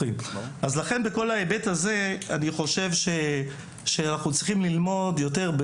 בכל ההיבט הזה אני חושב שאנחנו צריכים ללמוד יותר.